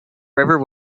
river